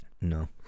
No